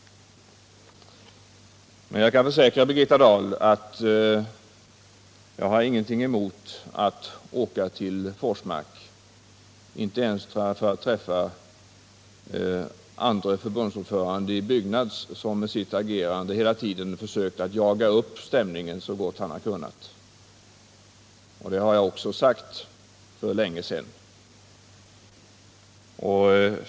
Men jag kan försäkra Birgitta Dahl att jag inte har någonting emot att åka till Forsmark, inte ens för att träffa andre förbundsordföranden i Byggnads, som med sitt agerande hela tiden försökt jaga upp stämningen så gott han kunnat. Detta har jag också sagt för länge sedan.